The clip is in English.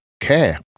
care